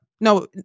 No